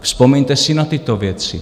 Vzpomeňte si na tyto věci.